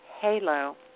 Halo